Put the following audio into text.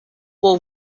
war